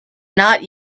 not